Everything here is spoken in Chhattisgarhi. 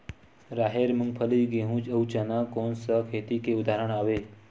राहेर, मूंगफली, गेहूं, अउ चना कोन सा खेती के उदाहरण आवे?